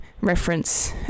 reference